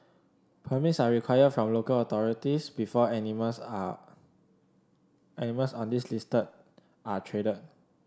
permits are required from local authorities before animals are animals on this list are traded